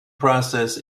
process